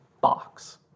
box